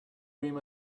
dream